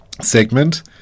segment